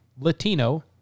Latino